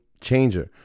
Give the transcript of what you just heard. changer